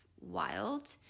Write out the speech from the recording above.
wild